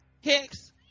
Hicks